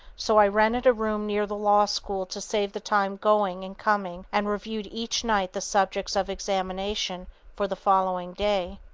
so i rented a room near the law school to save the time going and coming and reviewed each night the subjects of examination for the following day.